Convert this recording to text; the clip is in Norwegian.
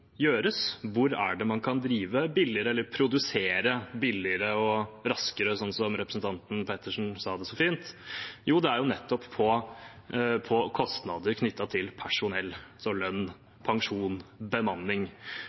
gjøres, hvor man kan drive billigere eller produsere billigere og raskere, sånn representanten Pettersen sa det så fint – skjer nettopp på kostnader knyttet til personell, altså lønn, pensjon, bemanning.